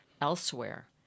elsewhere